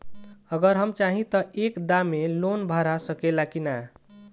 अगर हम चाहि त एक दा मे लोन भरा सकले की ना?